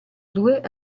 due